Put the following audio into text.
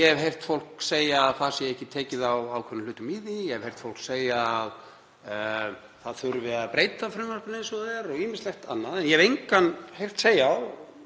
ég hef heyrt fólk segja að ekki sé tekið á ákveðnum hlutum í því, ég hef heyrt fólk segja að breyta þurfi frumvarpinu eins og það er og ýmislegt annað en ég hef engan heyrt segja —